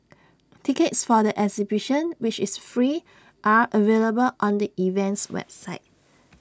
tickets for the exhibition which is free are available on the event's website